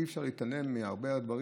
אי-אפשר להתעלם מהרבה דברים.